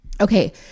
okay